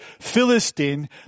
Philistine